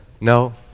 No